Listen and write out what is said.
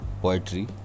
poetry